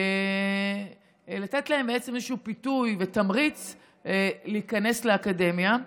לתת להם איזשהו פיתוי ותמריץ להיכנס לאקדמיה.